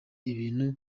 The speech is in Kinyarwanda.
ibintu